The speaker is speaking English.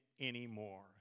anymore